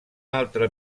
altre